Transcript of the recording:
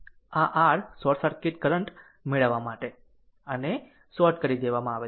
આ r short circuit current મેળવવા માટે આને શોર્ટ દેવામાં આવે છે